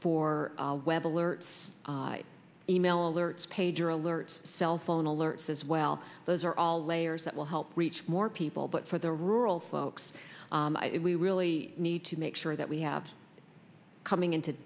for web alerts e mail alerts pager alerts cellphone alerts as well those are all layers that will help reach more people but for the rural folks we really need to make sure that we have coming in to